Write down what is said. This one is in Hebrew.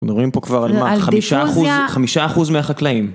אנחנו רואים פה כבר על מה? חמישה אחוז, חמישה אחוז מהחקלאים.